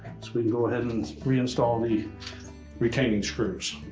we can go ahead and reinstall the retaining screws.